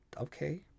okay